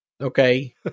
Okay